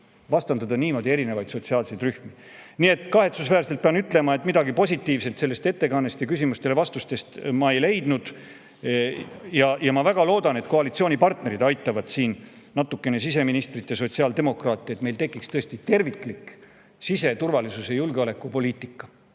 vastandada niimoodi erinevaid sotsiaalseid rühmi. Nii et kahetsusväärselt pean ütlema, et midagi positiivset sellest ettekandest ja vastustest küsimustele ma ei leidnud. Ma väga loodan, et koalitsioonipartnerid aitavad siin natukene siseministrit ja sotsiaaldemokraate, et meil tekiks tõesti terviklik siseturvalisuse ja julgeoleku poliitika.